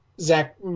Zach